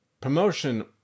promotion